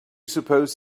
suppose